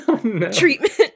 treatment